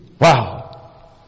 Wow